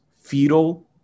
fetal